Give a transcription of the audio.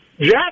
Jack